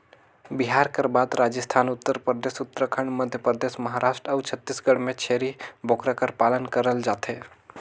बिहार कर बाद राजिस्थान, उत्तर परदेस, उत्तराखंड, मध्यपरदेस, महारास्ट अउ छत्तीसगढ़ में छेरी बोकरा कर पालन करल जाथे